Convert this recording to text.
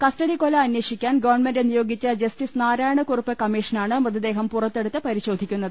ക സ്റ്റഡിക്കൊല അന്വേഷിക്കാൻ ഗവൺമെന്റ് നിയോഗിച്ചു ജ സ്റ്റിസ് നാരായണക്കുറുപ്പ് കമ്മിഷനാണ് മൃതദ്ദേഹം പുറത്തെ ടുത്ത് പരിശോധിക്കുന്നത്